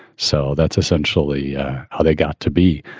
so that's essentially how they got to be.